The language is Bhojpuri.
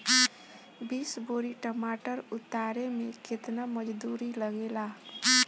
बीस बोरी टमाटर उतारे मे केतना मजदुरी लगेगा?